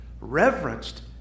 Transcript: reverenced